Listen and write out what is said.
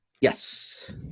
Yes